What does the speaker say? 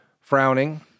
frowning